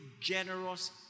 generous